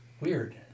weird